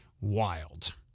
wild